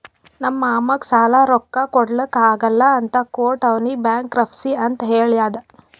ನಮ್ ಮಾಮಾಗ್ ಸಾಲಾದ್ ರೊಕ್ಕಾ ಕೊಡ್ಲಾಕ್ ಆಗಲ್ಲ ಅಂತ ಕೋರ್ಟ್ ಅವ್ನಿಗ್ ಬ್ಯಾಂಕ್ರಪ್ಸಿ ಅಂತ್ ಹೇಳ್ಯಾದ್